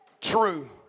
true